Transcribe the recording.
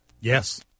Yes